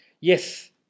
Yes